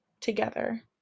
together